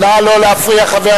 להצביע.